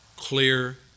Clear